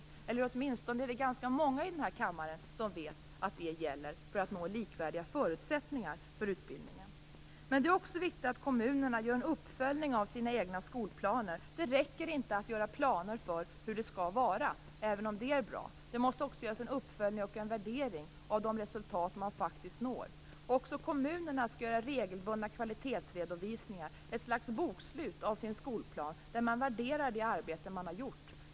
Det är åtminstone ganska många här i kammaren som vet att det gäller för att nå likvärdiga förutsättningar för utbildningen. Det är också viktigt att kommunerna gör en uppföljning av sina egna skolplaner. Det räcker inte att göra planer för hur det skall vara, även om det är bra. Det måste också göras en uppföljning och värdering av de resultat man faktiskt når. Också kommunerna skall göra regelbundna kvalitetsredovisningar, ett slags bokslut, av sin skolplan där man värderar det arbete man har gjort.